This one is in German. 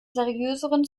seriöseren